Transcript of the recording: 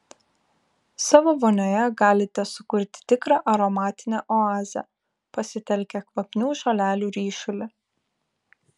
savo vonioje galite sukurti tikrą aromatinę oazę pasitelkę kvapnių žolelių ryšulį